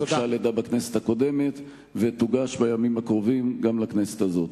שהוגשה על-ידה בכנסת הקודמת ותוגש בימים הקרובים גם בכנסת הזאת.